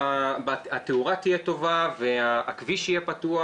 שהתאורה תהיה טובה והכביש יהיה פתוח.